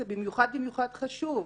זה במיוחד-במיוחד חשוב,